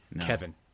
Kevin